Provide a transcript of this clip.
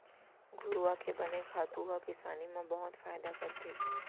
घुरूवा के बने खातू ह किसानी म बहुत फायदा करथे